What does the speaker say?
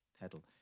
pedal